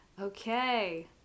Okay